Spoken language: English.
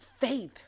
faith